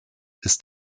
ist